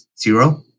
zero